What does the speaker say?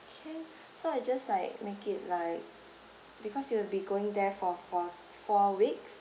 okay so I just like make it like because you will be going there for for four weeks